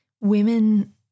women